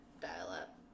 dial-up